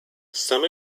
some